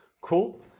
Cool